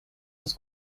los